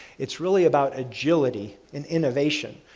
it's really about agility and innovation.